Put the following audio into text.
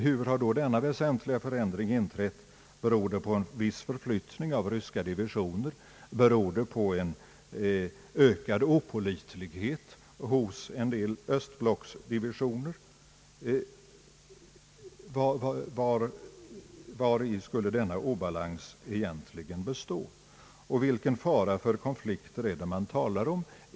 Hur har då denna väsentliga föränd ring inträtt? Beror den på en viss förflyttning av ryska divisioner? Beror den på ökad opålitlighet hos en del östblocksdivisioner? Vari skulle denna obalans egentligen bestå? Vilken fara för konflikter är det man talar om?